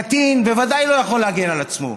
קטין בוודאי לא יכול להגן על עצמו,